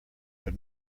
but